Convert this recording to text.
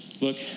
look